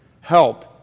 help